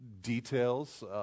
details